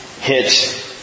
hit